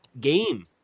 game